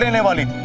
family.